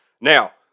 now